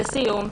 לסיום,